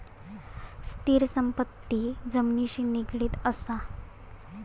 स्थिर संपत्ती जमिनिशी निगडीत असा